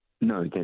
No